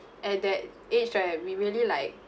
at that age right we really like